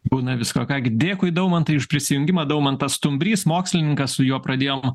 būna visko ką gi dėkui daumantai už prisijungimą daumantas stumbrys mokslininkas su juo pradėjom